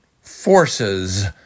forces